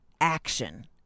action